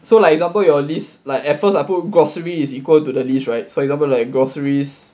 so like example your list at first I put groceries is equal to the list right like so for example like groceries